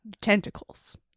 Tentacles